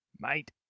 mate